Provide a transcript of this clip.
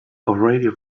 already